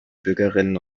bürgerinnen